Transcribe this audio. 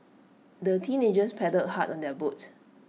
the teenagers paddled hard on their boat